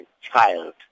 child